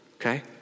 Okay